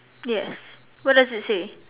yes what does it say